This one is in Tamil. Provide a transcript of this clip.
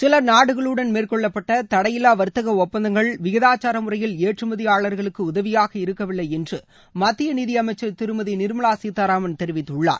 சில நாடுகளுடன் மேற்கொள்ளப்பட்ட தடையில்லா வர்த்தக ஒப்பந்தங்கள் விகிதாச்சார முறையில் ஏற்றுமதியாளர்களுக்க உதவியாக இருக்கவில்லை என்று மத்திய நிதியமைச்சர் திருமதி நிர்மவா சீதாராமன் தெரிவித்துள்ளார்